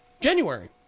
January